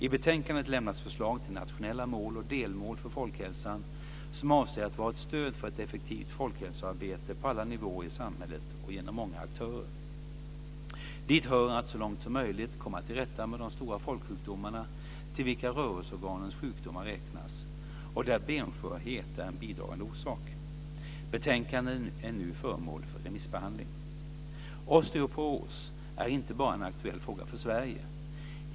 I betänkandet lämnas förslag till nationella mål och delmål för folkhälsan som avser att vara ett stöd för ett effektivt folkhälsoarbete på alla nivåer i samhället och genom många aktörer. Dit hör att så långt som möjligt komma till rätta med de stora folksjukdomarna till vilka rörelseorganens sjukdomar räknas och där benskörhet är en bidragande orsak. Betänkandet är nu föremål för remissbehandling. Osteoporos är inte bara en aktuell fråga för Sverige.